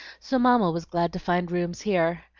so mamma was glad to find rooms here.